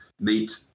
meet